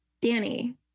Danny